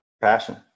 passion